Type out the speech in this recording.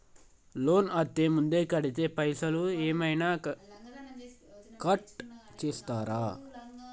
Loan అత్తే ముందే కడితే పైసలు ఏమైనా కట్ చేస్తరా?